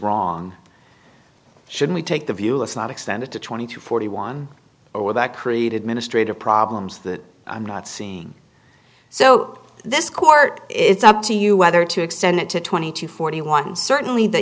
wrong should we take the view let's not extend it to twenty to forty one or that created ministre to problems that i'm not seeing so this court it's up to you whether to extend it to twenty to forty one certainly the